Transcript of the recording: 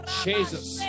jesus